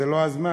זה לא הזמן,